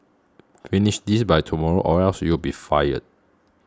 finish this by tomorrow or else you'll be fired